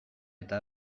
eta